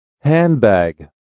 Handbag